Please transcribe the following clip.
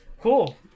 cool